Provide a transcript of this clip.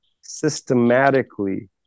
systematically